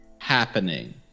happening